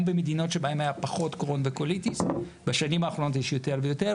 גם במדינות שבהן היה פחות קרוהן וקוליטיס בשנים האחרונות יש יותר ויותר.